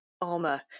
armor